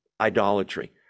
idolatry